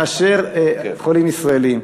יותר מאשר חולים ישראלים.